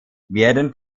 werden